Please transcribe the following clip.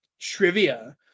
Trivia